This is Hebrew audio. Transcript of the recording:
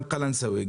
גם קלאנסווה,